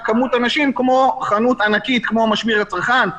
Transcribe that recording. כמות אנשים כמו חנות ענקית כמו המשביר לצרכן,